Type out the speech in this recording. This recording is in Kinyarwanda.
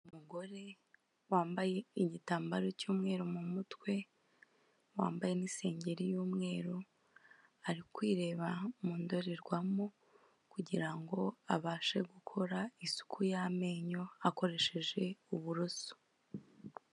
Umugore wambaye igitambaro cy'umweru mu mutwe, wambaye n'isengeri y'umweru ari kwireba mu ndorerwamu kugira ngo abashe gukora isuku y'amenyo akoresheje uburoso.